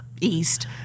east